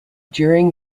during